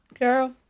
Girl